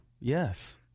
yes